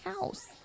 house